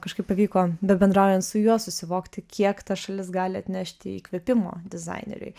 kažkaip pavyko bebendraujant su juo susivokti kiek ta šalis gali atnešti įkvėpimo dizaineriui